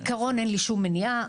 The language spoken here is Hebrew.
בעיקרון אין לי שום מניעה,